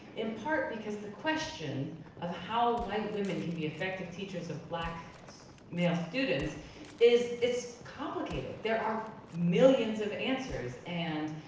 in part because the question of how white women can be effective teachers of black male students is is complicated. there are millions of answers. and